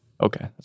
Okay